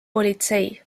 politsei